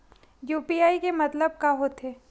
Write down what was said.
UPI के मतलब का होथे?